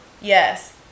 Yes